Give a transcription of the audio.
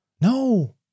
No